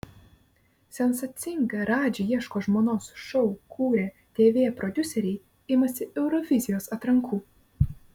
sensacingą radži ieško žmonos šou kūrę tv prodiuseriai imasi eurovizijos atrankų